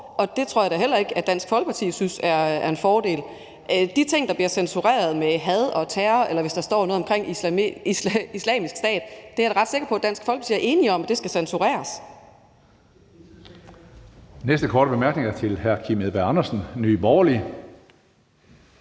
og det tror jeg da heller ikke at Dansk Folkeparti synes er en fordel. De ting med had og terror, der bliver censureret, eller hvis der står noget omkring Islamisk Stat, er jeg da ret sikker på Dansk Folkeparti er enige i skal censureres.